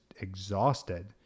exhausted